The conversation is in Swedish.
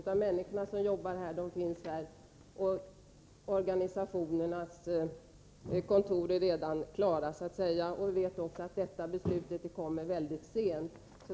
De människor som arbetar i den finns redan här. Kontoren är redan uppbyggda. Vi vet också att detta beslut kommer mycket sent.